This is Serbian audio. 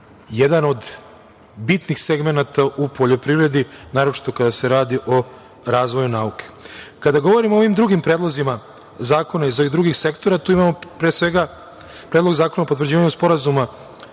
jedan od bitnih segmenata u poljoprivredi, naročito kada se radi o razvoju nauke. Kada govorim o ovim drugim predlozima zakona iz ovih drugih sektora, tu imamo pre svega Predlog zakona o potvrđivanju sporazuma